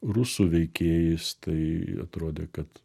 rusų veikėjais tai atrodė kad